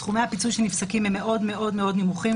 סכומי הפיצוי שנפסקים הם מאוד מאוד מאוד נמוכים,